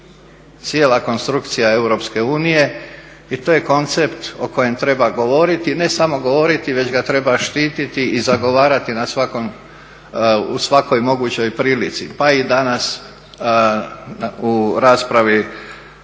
cijela konstrukcija EU i to je koncept o kojem treba govoriti, ne samo govoriti već ga treba štiti i zagovarati na svakom, u svakoj mogućoj prilici, pa i danas u raspravi